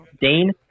Dane